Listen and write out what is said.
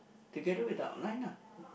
together with the outline ah